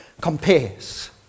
compares